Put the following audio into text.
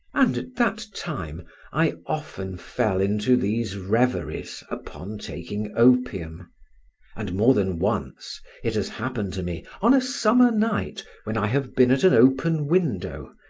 and at that time i often fell into these reveries upon taking opium and more than once it has happened to me, on a summer night, when i have been at an open window,